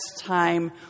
time